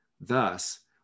Thus